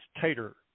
Tater